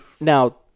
now